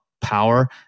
power